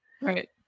Right